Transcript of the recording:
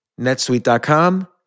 netsuite.com